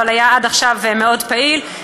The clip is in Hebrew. אבל היה עד עכשיו מאוד פעיל,